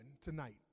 tonight